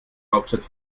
hauptstadt